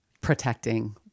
protecting